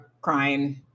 crying